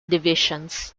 divisions